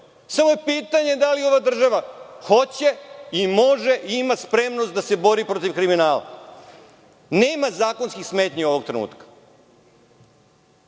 samo je pitanje da li ova država hoće, može i ima spremnost da se bori protiv kriminala. Nema zakonskih smetnji ovog trenutka,